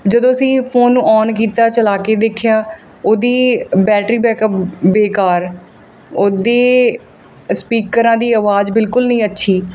ਜਦੋਂ ਅਸੀਂ ਫੋਨ ਨੂੰ ਔਨ ਕੀਤਾ ਚਲਾ ਕੇ ਦੇਖਿਆ ਉਹਦੀ ਬੈਟਰੀ ਬੈਕਅਪ ਬੇਕਾਰ ਉਹਦੇ ਸਪੀਕਰਾਂ ਦੀ ਆਵਾਜ਼ ਬਿਲਕੁਲ ਨਹੀਂ ਅੱਛੀ